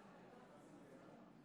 כנסת, נגדה הצביעו 51